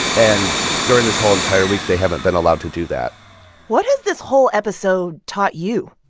and during this whole entire week, they haven't been allowed to do that what has this whole episode taught you?